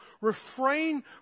Refrain